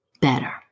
better